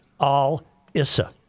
Al-Issa